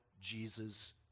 Jesus